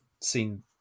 seen